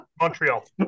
Montreal